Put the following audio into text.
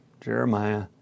Jeremiah